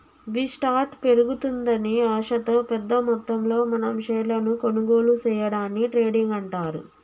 B స్టార్ట్ పెరుగుతుందని ఆశతో పెద్ద మొత్తంలో మనం షేర్లను కొనుగోలు సేయడాన్ని ట్రేడింగ్ అంటారు